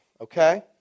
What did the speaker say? Okay